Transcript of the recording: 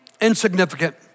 insignificant